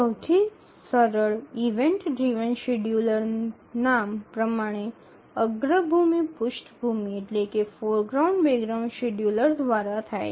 સૌથી સરળ event driven scheduler નામ પ્રમાણે અગ્રભૂમિ પૃષ્ઠભૂમિ શેડ્યૂલર દ્વારા જાય છે